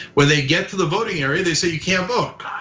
when they get to the voting area, they say you can't vote,